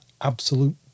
absolute